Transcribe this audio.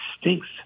stinks